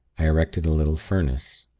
i erected the little furnace.